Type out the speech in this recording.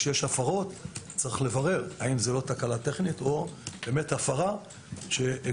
כשיש הפרות צריך לברר האם זה לא תקלה טכנית או הפרה שגוררת